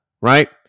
right